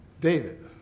David